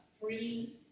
three